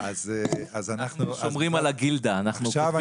עכשיו אני